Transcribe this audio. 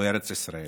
בארץ ישראל.